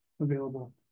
available